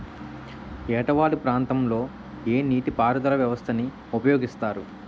ఏట వాలు ప్రాంతం లొ ఏ నీటిపారుదల వ్యవస్థ ని ఉపయోగిస్తారు?